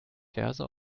verse